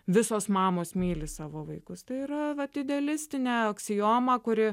visos mamos myli savo vaikus tai yra vat idealistinė aksioma kuri